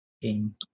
game